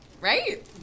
Right